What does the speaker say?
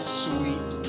sweet